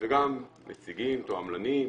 וגם נציגים, תועמלנים,